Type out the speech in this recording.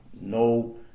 No